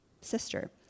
sister